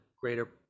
greater